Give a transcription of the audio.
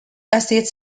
acids